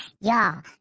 Y'all